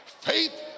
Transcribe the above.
Faith